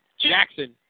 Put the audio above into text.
Jackson